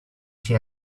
she